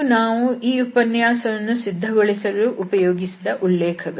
ಇವು ಈ ಉಪನ್ಯಾಸವನ್ನು ಸಿದ್ದಗೊಳಿಸಲು ಉಪಯೋಗಿಸಿದ ಉಲ್ಲೇಖಗಳು